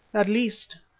at least,